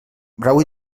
brau